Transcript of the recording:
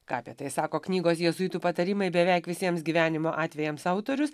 ką apie tai sako knygos jėzuitų patarimai beveik visiems gyvenimo atvejams autorius